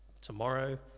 tomorrow